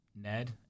Ned